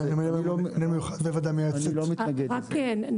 - אני לא בטוח במאה אחוז.